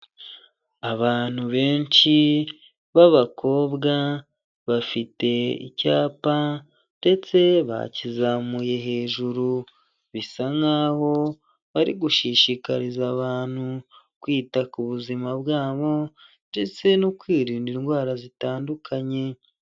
Abantu benshi b'abakobwa bafite icyapa ndetse bakizamuye hejuru bisa nkaho bari gushishikariza abantu kwita ku buzima bwabo ndetse no kwirinda indwara zitandukanye.